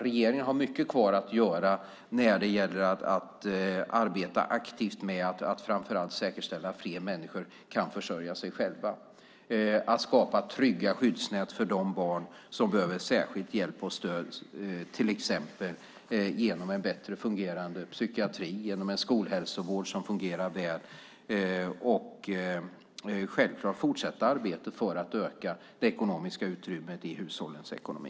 Regeringen har mycket kvar att göra när det gäller att arbeta aktivt med att framför allt säkerställa att fler människor kan försörja sig själva. Att skapa trygga skyddsnät för de barn som behöver särskild hjälp och stöd till exempel genom en bättre fungerande psykiatri och genom en skolhälsovård som fungerar väl är viktigt. Och självklart ska vi fortsätta arbetet för att öka det ekonomiska utrymmet i hushållens ekonomi.